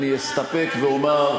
אני אסתפק ואומר,